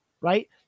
Right